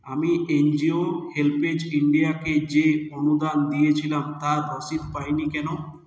আমি NGO HelpAge ইন্ডিয়াকে যে অনুদান দিয়েছিলাম তার রসিদ পাইনি কেন